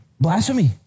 Blasphemy